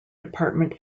department